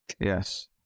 Yes